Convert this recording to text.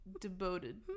devoted